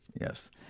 Yes